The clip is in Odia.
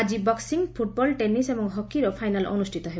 ଆଜି ବକ୍ୱିଂ ଫୁଟବଲ ଟେନିସ୍ ଏବଂ ହକିର ଫାଇନାଲ ଅନୁଷ୍ଠିତ ହେବ